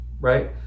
right